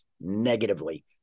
negatively